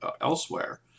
elsewhere